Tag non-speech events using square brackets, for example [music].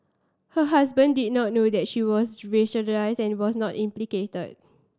her husband did not know that she was [unintelligible] and was not implicated